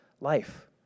life